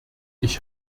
ich